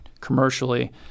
commercially